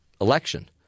election